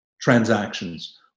transactions